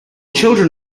children